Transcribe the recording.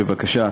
בבקשה,